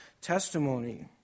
testimony